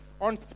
on